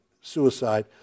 suicide